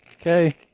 okay